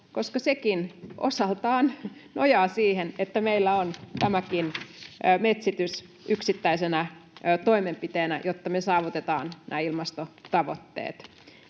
koska sekin osaltaan nojaa siihen, että meillä on tämä metsityskin yksittäisenä toimenpiteenä, jotta me saavutetaan nämä ilmastotavoitteet.